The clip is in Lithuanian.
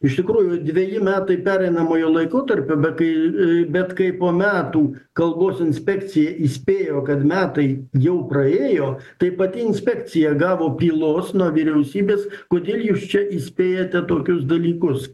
iš tikrųjų dveji metai pereinamojo laikotarpio bet kai bet kai po metų kalbos inspekcija įspėjo kad metai jau praėjo tai pati inspekcija gavo pylos nuo vyriausybės kodėl jūs čia įspėjate tokius dalykus